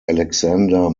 alexander